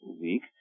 week